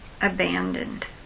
Abandoned